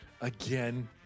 again